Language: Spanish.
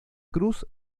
cruz